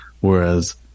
Whereas